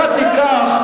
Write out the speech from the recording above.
אתה תיקח,